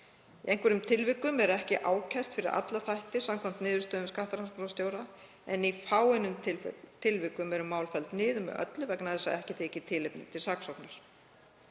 Í einhverjum tilvikum er ekki ákært fyrir alla þætti samkvæmt niðurstöðum skattrannsóknarstjóra en í fáeinum tilvikum eru mál felld niður með öllu vegna þess að ekki þykir tilefni til saksóknar.